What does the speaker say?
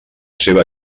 seva